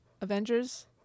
Avengers